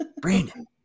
Brandon